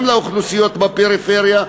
גם לאוכלוסיות בפריפריה,